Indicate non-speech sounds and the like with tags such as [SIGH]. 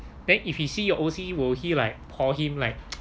then if he see your O_C will he like him like [NOISE]